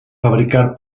fabricar